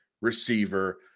receiver